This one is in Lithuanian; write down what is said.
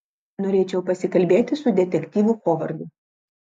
norėčiau pasikalbėti su detektyvu hovardu